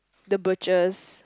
the butchers